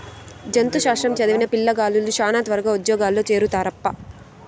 జంతు శాస్త్రం చదివిన పిల్లగాలులు శానా త్వరగా ఉజ్జోగంలో చేరతారప్పా